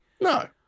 No